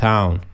Town